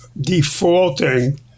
Defaulting